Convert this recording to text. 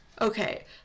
Okay